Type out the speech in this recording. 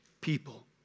people